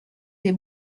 des